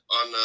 on